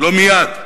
לא מייד,